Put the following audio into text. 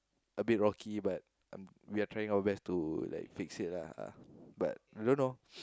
a bit rocky but we are trying our best to like fix it lah but I don't know